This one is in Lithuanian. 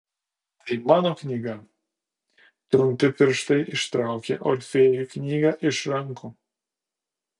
tai mano knyga trumpi pirštai ištraukė orfėjui knygą iš rankų